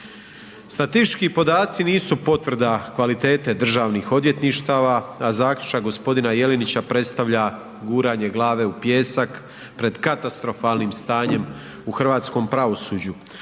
Statistički podaci nisu potvrda kvalitete državnih odvjetništava, a zaključak gospodina Jelenića predstavlja guranje glave u pijeska pred katastrofalnim stanjem u hrvatskom pravosuđu